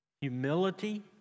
Humility